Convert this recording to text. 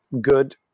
good